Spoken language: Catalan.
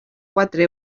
quatre